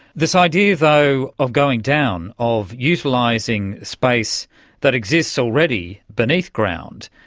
this idea, though, of going down, of utilising space that exists already beneath ground,